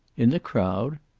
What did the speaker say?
in the crowd?